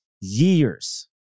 years